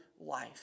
Life